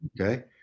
Okay